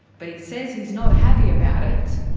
but he says he's not happy about it.